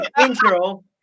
intro